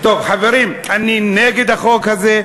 טוב, חברים, אני נגד החוק הזה.